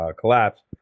collapse